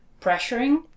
pressuring